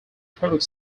product